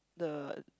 the